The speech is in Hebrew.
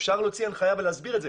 אפשר להוציא הנחיה ולהסביר את זה.